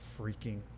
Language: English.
freaking